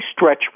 stretch